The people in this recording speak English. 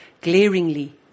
glaringly